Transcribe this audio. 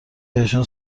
بهشون